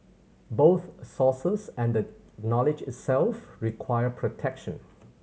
both sources and the knowledge itself require protection